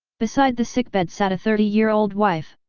beside the sickbed sat a thirty-year-old wife,